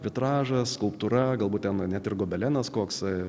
vitražą skulptūra galbūt ten net ir gobelenas koksai